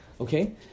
okay